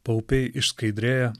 paupiai išskaidrėja